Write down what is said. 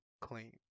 clean